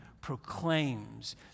proclaims